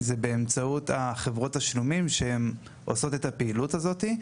זה באמצעות חברות התשלומים שהן עושות את הפעילות הזאת.